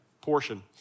portion